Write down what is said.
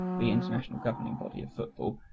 the international governing body of football,